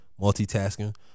multitasking